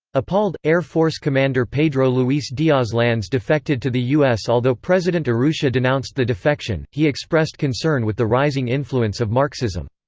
appalled, air force commander pedro luis diaz lanz defected to the u s. although president urrutia denounced the defection, he expressed concern with the rising influence of marxism.